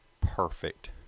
perfect